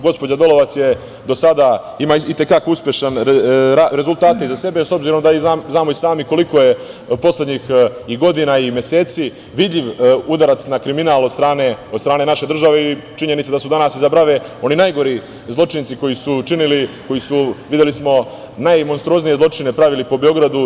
Gospođa Dolovac do sada ima i te kako uspešne rezultate iza sebe, s obzirom da znamo i sami koliko je poslednjih godina i meseci, vidljiv udarac na kriminal od strane naše države i, činjenica da su danas iza brave oni najgori zločinci koji su činili, videli smo, najmonstruoznije zločine, pravili po Beogradu.